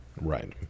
Right